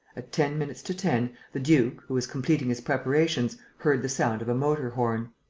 at ten minutes to ten, the duke, who was completing his preparations, heard the sound of a motor-horn.